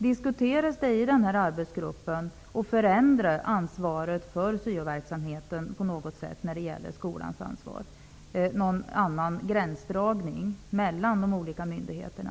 Diskuteras det i gruppen om att förändra ansvaret för syoverksamheten i skolan, en annan gränsdragning mellan de olika myndigheterna?